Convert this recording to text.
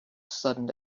sudden